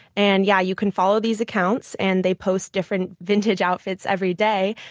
and yeah you can follow these accounts and they post different vintage outfits every day.